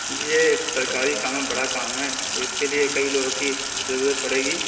جی ایک سرکاری کام ہے بڑا کام ہے تو اِس کے لیے کئی لوگوں کی ضرورت پڑے گی